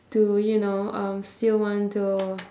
to you know um still want to